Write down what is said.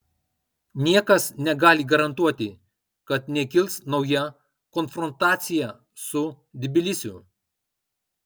niekas negali garantuoti kad nekils nauja konfrontacija su tbilisiu